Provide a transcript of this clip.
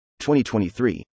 2023